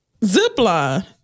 Zipline